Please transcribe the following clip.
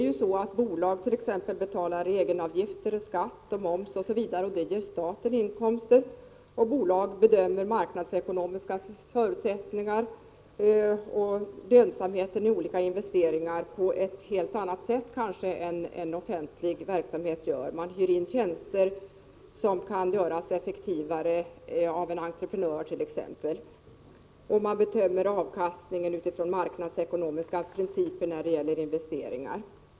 Bolag betalar t.ex. egenavgifter, skatt, moms osv., och det ger staten inkomster. Bolag bedömer marknadsekonomiska förutsättningar och lönsamheten i olika investeringar på ett annat sätt än man gör inom offentlig verksamhet. De hyr t.ex. in tjänster, som kan göras effektivare av en entreprenör. De bedömer avkastningen utifrån marknadsekonomiska principer när det gäller investeringar.